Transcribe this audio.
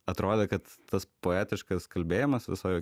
atrodė kad tas poetiškas kalbėjimas visoj